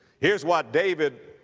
here's what david,